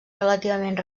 relativament